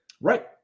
Right